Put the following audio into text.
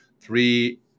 Three